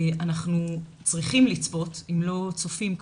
אנחנו צריכים לצפות, אם לא כבר צופים,